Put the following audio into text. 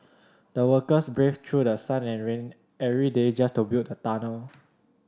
the workers braved through the sun and rain every day just to build a tunnel